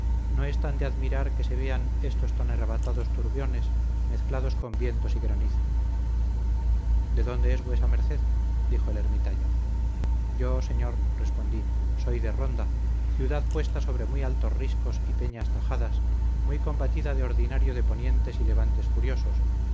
no es tan de admirar que se vean estos tan arrebatados turbiones mezclados con vientos y granizo de dónde es vuesa merced dijo el ermitaño yo señor respondí soy de ronda ciudad puesta sobre muy altos riscos y peñas tajadas muy combatida de ordinario de ponientes y levantes furiosos